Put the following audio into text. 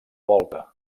volta